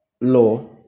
law